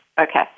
Okay